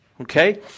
Okay